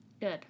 Good